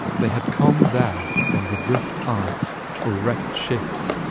they had come there from the drift ice or wrecked ships,